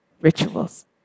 rituals